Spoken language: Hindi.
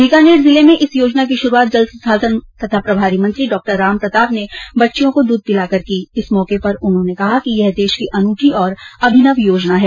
बीकानेर जिले में इस योजना की शुरूआत जल संसाधन तथा प्रभारी मंत्री डॉक्टर रामप्रताप ने बच्चियों को दूध पिलाकर कि इस मौके पर उन्होंने कहा कि यह देश की अनूठी और अभिवन योजना है